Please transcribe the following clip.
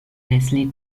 leslie